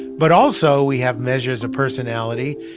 but also we have measures of personality.